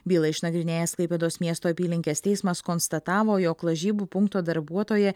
bylą išnagrinėjęs klaipėdos miesto apylinkės teismas konstatavo jog lažybų punkto darbuotoja